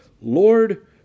Lord